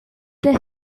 they